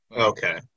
Okay